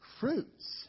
fruits